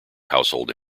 household